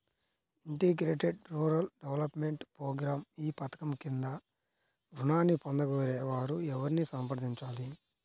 Integrated rural development programme ఈ పధకం క్రింద ఋణాన్ని పొందగోరే వారు ఎవరిని సంప్రదించాలి?